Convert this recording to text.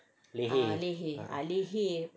leher ah